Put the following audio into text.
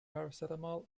paracetamol